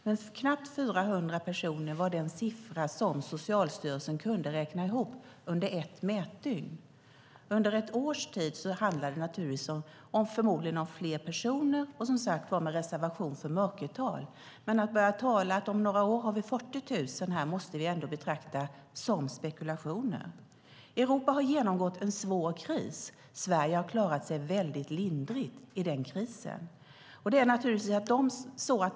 Men knappt 400 personer var den siffra som Socialstyrelsen kunde räkna ihop under ett mätdygn. Under ett års tid handlar det förmodligen om fler personer och med reservation för ett mörkertal. Men att börja tala om att vi om några år har 40 000 här måste vi ändå betrakta som spekulationer. Europa har genomgått en svår kris. Sverige har klarat sig mycket lindrigt i denna kris.